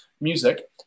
music